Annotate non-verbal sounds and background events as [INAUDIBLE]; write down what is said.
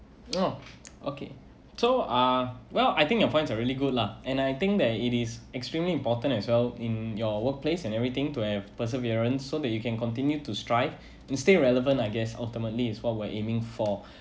oh [NOISE] okay so uh well I think your points are really good lah and I think that it is extremely important as well in your workplace and everything to have perseverance so that you can continue to strive and stay relevant I guess ultimately is what we're aiming for